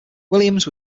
williams